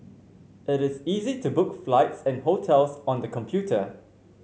it is easy to book flights and hotels on the computer